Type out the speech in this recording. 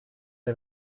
der